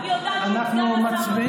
אני יודעת שסגן השר,